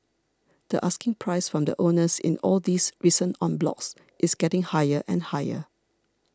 the asking price from the owners in all these recent en blocs is getting higher and higher